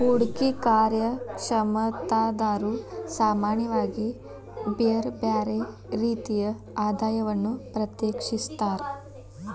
ಹೂಡ್ಕಿ ಕಾರ್ಯಕ್ಷಮತಾದಾರ್ರು ಸಾಮಾನ್ಯವಾಗಿ ಬ್ಯರ್ ಬ್ಯಾರೆ ರೇತಿಯ ಆದಾಯವನ್ನ ಪ್ರತ್ಯೇಕಿಸ್ತಾರ್